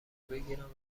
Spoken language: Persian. بگیرم